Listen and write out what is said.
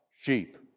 sheep